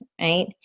right